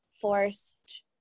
forced